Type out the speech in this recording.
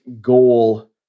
goal